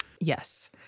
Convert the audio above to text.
Yes